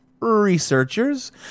researchers